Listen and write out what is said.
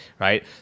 Right